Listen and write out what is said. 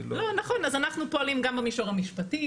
נכון, אז אנחנו פועלים גם במישור המשפטי.